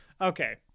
Okay